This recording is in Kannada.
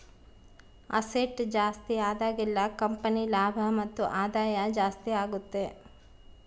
ಅಸೆಟ್ ಜಾಸ್ತಿ ಆದಾಗೆಲ್ಲ ಕಂಪನಿ ಲಾಭ ಮತ್ತು ಆದಾಯ ಜಾಸ್ತಿ ಆಗುತ್ತೆ